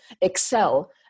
excel